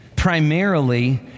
primarily